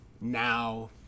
Now